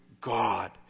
God